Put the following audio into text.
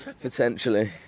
potentially